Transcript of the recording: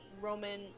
Roman